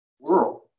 world